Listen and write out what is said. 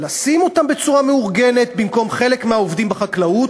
לשים אותם בצורה מאורגנת במקום חלק מהעובדים בחקלאות,